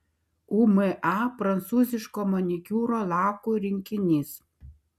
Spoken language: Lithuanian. uma prancūziško manikiūro lakų rinkinys